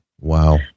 wow